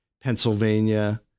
Pennsylvania